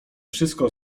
wszystko